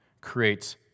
creates